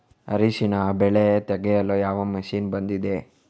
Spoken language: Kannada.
ಅರಿಶಿನ ಬೆಳೆ ತೆಗೆಯಲು ಯಾವ ಮಷೀನ್ ಬಂದಿದೆ?